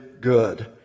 good